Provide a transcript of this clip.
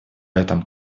этом